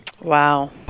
wow